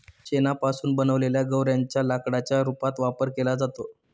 शेणापासून बनवलेल्या गौर्यांच्या लाकडाच्या रूपात वापर केला जातो